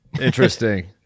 Interesting